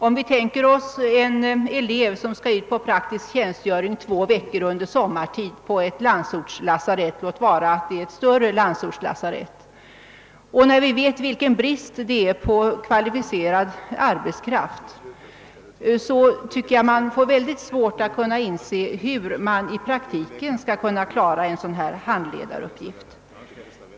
Om en elev som skall ut på praktisk tjänstgöring två veckor under sommartid på ett landsortslasarett — låt vara att det är ett större landsortslasarett — tycker jag att man har svårt att inse hur en sådan handledaruppgift skall kunna klaras, när vi känner till vilken brist det är på kvalificerad arbetskraft.